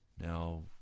now